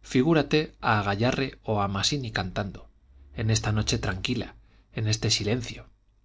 figúrate a gayarre o a masini cantando en esta noche tranquila en este silencio